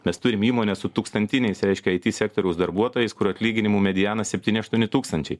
mes turim įmones su tūkstantiniais reiškia it sektoriaus darbuotojais kur atlyginimų medianas septyni aštuoni tūkstančiai